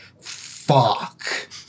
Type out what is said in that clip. fuck